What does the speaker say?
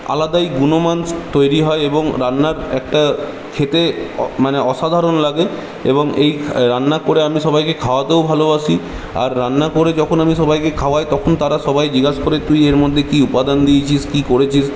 আলাদাই গুণমান তৈরি হয় এবং রান্নার একটা খেতে অ মানে অসাধারণ লাগে এবং এই রান্না করে আমি সবাইকে খাওয়াতেও ভালোবাসি আর রান্না করে যখন আমি সবাইকে খাওয়াই তখন তারা সবাই জিজ্ঞাসা করে তুই এর মধ্যে কী উপাদান দিয়েছিস কী করেছিস